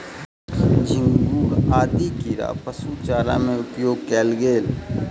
झींगुर आदि कीड़ा पशु चारा में उपयोग कएल गेल